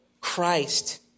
Christ